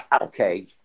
Okay